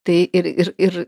tai ir ir ir